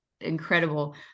incredible